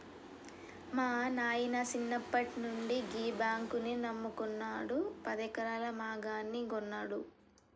మా నాయిన సిన్నప్పట్నుండి గీ బాంకునే నమ్ముకున్నడు, పదెకరాల మాగాని గొన్నడు